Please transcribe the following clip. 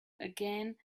again